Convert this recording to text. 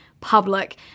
public